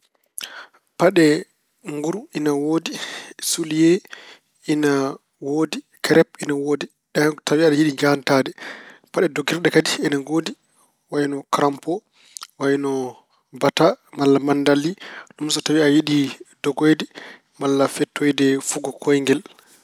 Paɗe nguru ina woodi, suliye ina woodi, kerep ina woodi. Ɗeen so tawi aɗa yiɗi ñaantaade. Paɗe dogirɗi kadi ina ngoodi wayno karanpo, wayno bata malla manndalli. Ɗum so tawi a yiɗi dogoyde malla fettoyde fugo kooyngel.